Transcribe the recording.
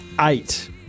eight